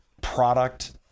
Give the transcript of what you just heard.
product